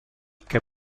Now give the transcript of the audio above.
che